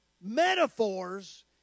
metaphors